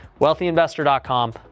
WealthyInvestor.com